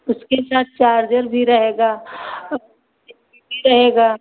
उसके साथ चार्जर भी रहेगा भी रहेगा